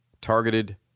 targeted